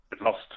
lost